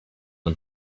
him